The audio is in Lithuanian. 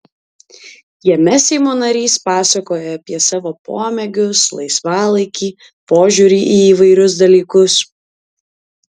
jame seimo narys pasakoja apie savo pomėgius laisvalaikį požiūrį į įvairius dalykus